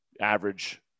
average